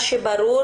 ברור